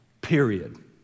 period